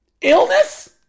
Illness